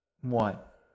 What